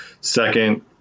Second